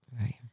Right